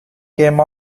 came